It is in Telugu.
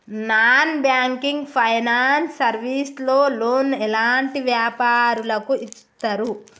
నాన్ బ్యాంకింగ్ ఫైనాన్స్ సర్వీస్ లో లోన్ ఎలాంటి వ్యాపారులకు ఇస్తరు?